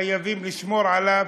חייבים לשמור עליו,